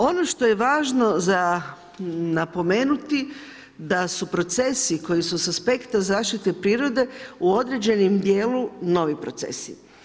Ono što je važno za napomenuti da su procesi koji su sa aspekta zaštite prirode u određenom dijelu novi procesi.